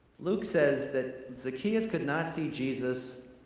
luke says that zacchaeus could not see jesus